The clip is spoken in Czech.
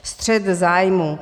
Střet zájmů.